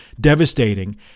devastating